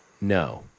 no